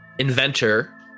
Inventor